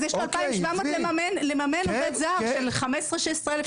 אז יש לו 2,700 ₪ לממן עובד זר של 15,000-16,000 ₪.